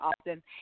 often